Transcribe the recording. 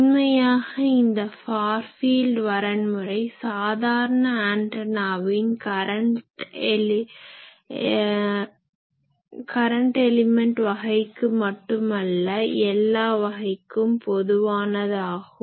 உண்மையாக இந்த far field வரன்முறை சாதாரண ஆன்டனாவின் கரன்ட் எலிமென்ட் வகைக்கு மட்டும் அல்ல எல்லா வகைக்கும் பொதுவானதாகும்